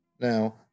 Now